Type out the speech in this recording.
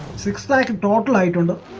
six like toward like the